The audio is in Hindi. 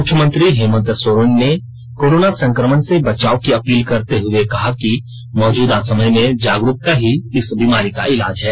मुख्यमंत्री हेमंत सोरेन ने कोरोना संकमण से बचाव की अपील करते हुए कहा कि मौजूदा समय में जागरूकता ही इस बीमारी का इलाज है